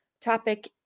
topic